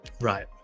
Right